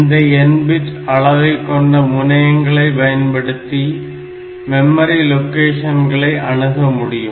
இந்த n bit அளவை கொண்ட முனையங்களை பயன்படுத்தி மெமரி லொகேஷன்களை அணுகமுடியும்